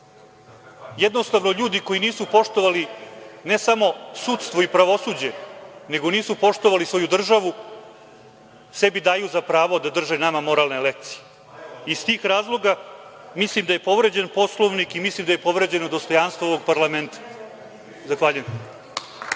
jednostavno, ljudi koji nisu poštovali ne samo sudstvo i pravosuđe, nego nisu poštovali svoju državu, sebi daju za pravo da drže nama moralne lekcije. Iz tih razloga, mislim da je povređen Poslovnik i mislim da je povređeno dostojanstvo ovog parlamenta. Zahvaljujem.